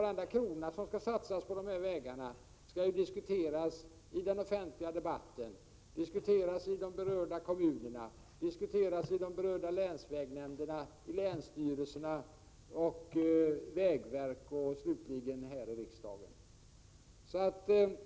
Varje krona som skall satsas på dessa vägar skall diskuteras i den offentliga debatten, i de berörda kommunerna, länsvägnämnderna, länsstyrelserna, vägverk och slutligen här i riksdagen.